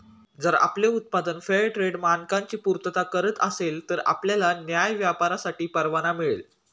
जर आपले उत्पादन फेअरट्रेड मानकांची पूर्तता करत असेल तर आपल्याला न्याय्य व्यापारासाठी परवाना मिळेल